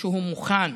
שהוא מוכן